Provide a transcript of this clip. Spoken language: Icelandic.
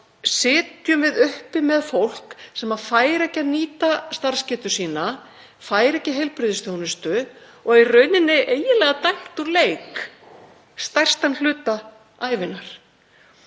sitjum við uppi með fólk sem fær ekki að nýta starfsgetu sína, fær ekki heilbrigðisþjónustu og er í rauninni eiginlega dæmt úr leik stærstan hluta ævinnar.